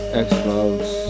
explodes